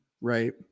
right